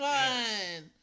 one